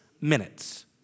minutes